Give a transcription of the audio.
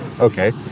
Okay